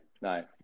nice